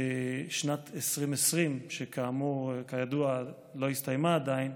בשנת 2020, שכידוע לא הסתיימה עדיין,